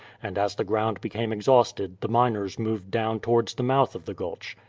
and as the ground became exhausted the miners moved down towards the mouth of the gulch.